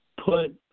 put